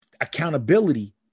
accountability